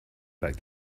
back